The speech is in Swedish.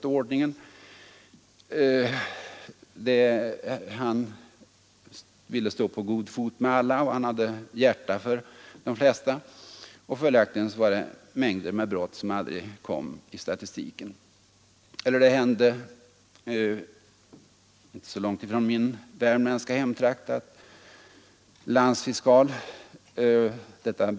Den där ensamme polisen ville stå på god fot med alla och hade hjärta för de flesta, och följaktligen kom många brott aldrig in i statistiken. På något avstånd från mitt barndomshem i min värmländska hemtrakt hände det t.ex. att landsfiskalen fick rapport om att brännvin brändes i en by.